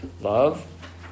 Love